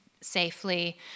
safely